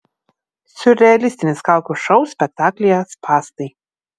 siurrealistinis kaukių šou spektaklyje spąstai